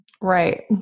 Right